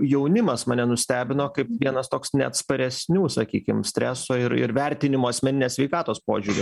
jaunimas mane nustebino kaip vienas toks neatsparesnių sakykim streso ir ir vertinimo asmeninės sveikatos požiūriu